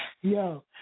Yo